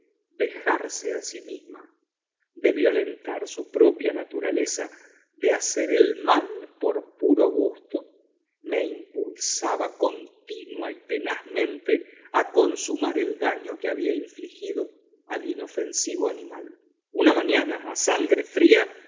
vejarse a sí misma de violentar su propia naturaleza de hacer el mal por puro gusto me impulsaba continua y tenazmente a consumar el daño que había infligido al inofensivo animal una mañana a sangre fría